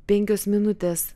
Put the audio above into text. penkios minutės